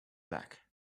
back